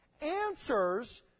answers